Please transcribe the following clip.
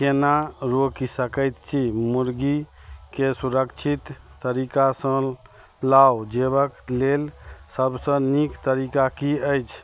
केना रोकि सकैत छी मुर्गीके सुरक्षित तरीकासँ लाउ जेबक लेल सभसँ नीक तरीका की अछि